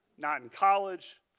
not in college,